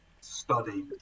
study